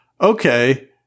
okay